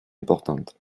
importante